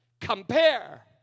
compare